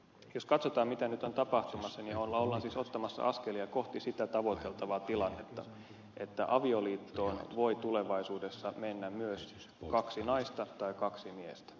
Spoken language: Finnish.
jos katsotaan mitä nyt on tapahtumassa niin ollaan siis ottamassa askelia kohti sitä tavoiteltavaa tilannetta että avioliittoon voi tulevaisuudessa mennä myös kaksi naista tai kaksi miestä